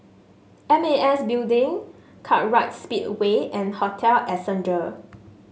M A S Building Kartright Speedway and Hotel Ascendere